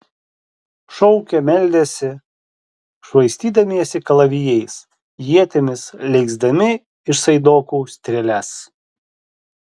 šaukė meldėsi švaistydamiesi kalavijais ietimis leisdami iš saidokų strėles